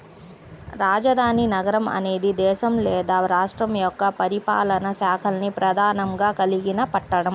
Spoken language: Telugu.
రాజధాని నగరం అనేది దేశం లేదా రాష్ట్రం యొక్క పరిపాలనా శాఖల్ని ప్రధానంగా కలిగిన పట్టణం